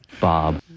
Bob